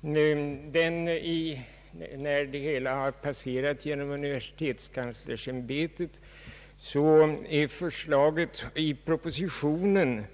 När det hela passerat genom universitetskanslersämbetet, är förslaget i propositionen